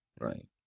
right